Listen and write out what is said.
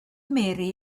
mary